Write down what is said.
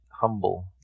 humble